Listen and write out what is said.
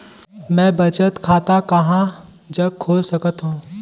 मैं बचत खाता कहां जग खोल सकत हों?